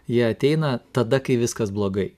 jie ateina tada kai viskas blogai